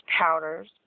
powders